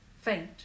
faint